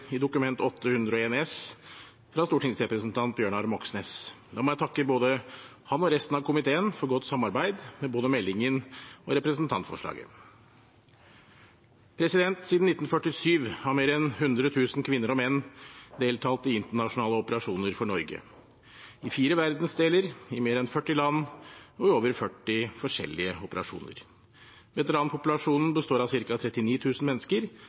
i Dokument 8:101 S for 2019–2020, fra stortingsrepresentant Bjørnar Moxnes. La meg takke både ham og resten av komiteen for godt samarbeid med både meldingen og representantforslaget. Siden 1947 har mer enn 100 000 kvinner og menn deltatt i internasjonale operasjoner for Norge, i fire verdensdeler, i mer enn 40 land og i over 40 forskjellige operasjoner. Veteranpopulasjonen består av ca. 39 000 mennesker